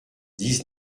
dix